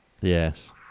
Yes